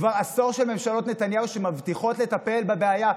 כבר עשור שממשלות נתניהו מבטיחות לטפל בבעיה,